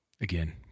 again